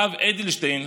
הרב אדלשטיין,